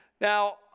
Now